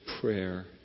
prayer